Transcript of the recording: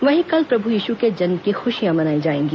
वहीं कल प्रभु यीशु के जन्म की खुशियां मनाई जाएगी